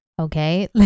okay